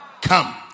Come